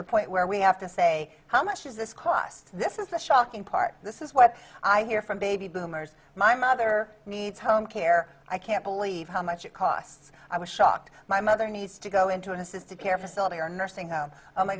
the point where we have to say how much is this cost this is fresh talking part this is what i hear from baby boomers my mother needs home care i can't believe how much it costs i was shocked my mother needs to go into an assisted care facility or nursing home oh my